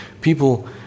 people